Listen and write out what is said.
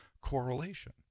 correlation